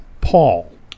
Paul